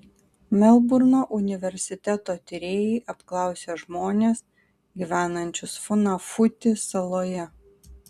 melburno universiteto tyrėjai apklausė žmones gyvenančius funafuti saloje